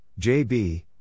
JB